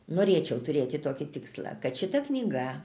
norėčiau turėti tokį tikslą kad šita knyga